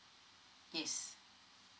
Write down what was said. yes